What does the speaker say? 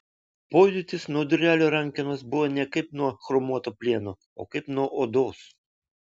pojūtis nuo durelių rankenos buvo ne kaip nuo chromuoto plieno o kaip nuo odos